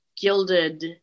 gilded